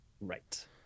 right